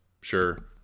sure